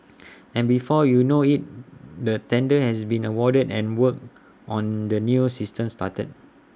and before you know IT the tender has been awarded and work on the new system started